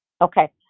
Okay